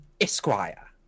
esquire